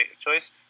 choice